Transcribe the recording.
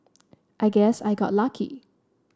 I guess I got lucky